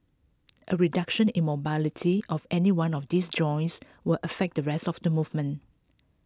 A reduction in mobility of any one of these joints will affect the rest of the movement